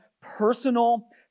personal